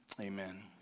Amen